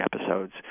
episodes